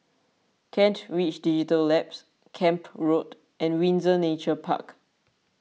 Kent Ridge Digital Labs Camp Road and Windsor Nature Park